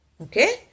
Okay